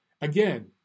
Again